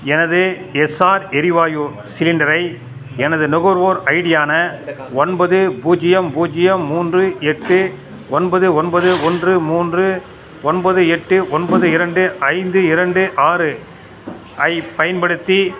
எனது எஸ்ஸார் எரிவாயு சிலிண்டரை எனது நுகர்வோர் ஐடியான ஒன்பது பூஜ்ஜியம் பூஜ்ஜியம் மூன்று எட்டு ஒன்பது ஒன்பது ஒன்று மூன்று ஒன்பது எட்டு ஒன்பது இரண்டு ஐந்து இரண்டு ஆறு ஐப் பயன்படுத்தி